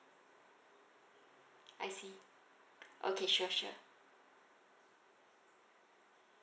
I see okay sure sure